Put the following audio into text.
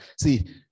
see